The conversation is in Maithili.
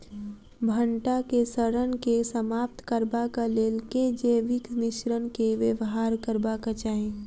भंटा केँ सड़न केँ समाप्त करबाक लेल केँ जैविक मिश्रण केँ व्यवहार करबाक चाहि?